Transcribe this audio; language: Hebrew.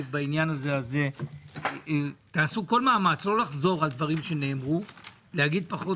בעניין הזה ומבקש שתעשו כל מאמץ לא לחזור על דברים שנאמרו אלא לומר פחות